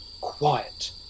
quiet